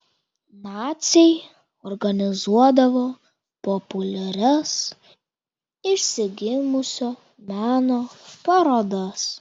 naciai organizuodavo populiarias išsigimusio meno parodas